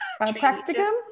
Practicum